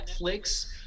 Netflix